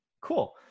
Cool